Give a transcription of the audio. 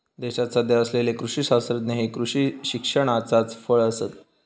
देशात सध्या असलेले कृषी शास्त्रज्ञ हे कृषी शिक्षणाचाच फळ आसत